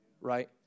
right